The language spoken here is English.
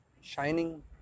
shining